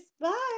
Bye